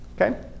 Okay